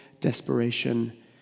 desperation